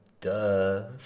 Duh